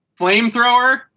flamethrower